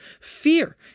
Fear